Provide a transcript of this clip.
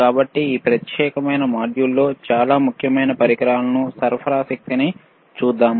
కాబట్టి ఈ ప్రత్యేకమైన మాడ్యూల్లో చాలా ముఖ్యమైన పరికరాలను సరఫరా శక్తిని చూద్దాం